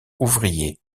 ouvrier